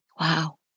Wow